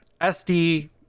SD